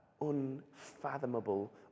unfathomable